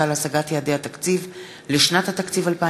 להשגת יעדי התקציב לשנת התקציב 2015),